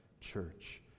church